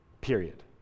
period